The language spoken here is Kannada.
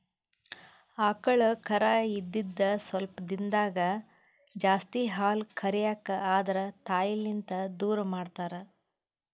ಆಕಳ್ ಕರಾ ಇದ್ದಿದ್ ಸ್ವಲ್ಪ್ ದಿಂದಾಗೇ ಜಾಸ್ತಿ ಹಾಲ್ ಕರ್ಯಕ್ ಆದ್ರ ತಾಯಿಲಿಂತ್ ದೂರ್ ಮಾಡ್ತಾರ್